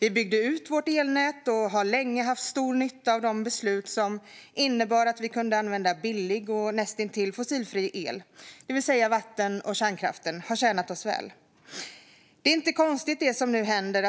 Vi byggde ut vårt elnät och har länge haft stor nytta av de beslut som innebar att vi kunde använda billig och näst intill fossilfri el. Vatten och kärnkraften har alltså tjänat oss väl. Det som nu händer är inte konstigt.